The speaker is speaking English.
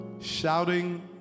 Shouting